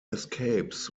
escapes